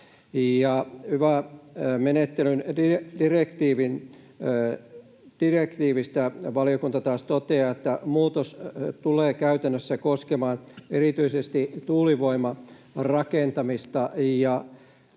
Yva-menettelyn direktiivistä valiokunta taas toteaa, että ”muutos tulee käytännössä koskemaan erityisesti tuulivoimarakentamista